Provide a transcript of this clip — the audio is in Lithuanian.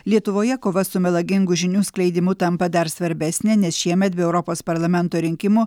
lietuvoje kova su melagingų žinių skleidimu tampa dar svarbesnė nes šiemet be europos parlamento rinkimų